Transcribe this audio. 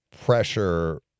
pressure